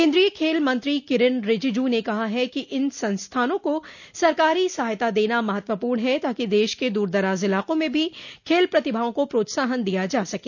केन्द्रीय खेल मंत्री किरेन रिजिजू ने कहा कि इन संस्थानों को सरकारी सहायता देना महत्वपूर्ण है ताकि देश के दूर दराज इलाक़ों में भी खेल प्रतिभाओं को प्रोत्साहन दिया जा सके